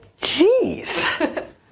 Jeez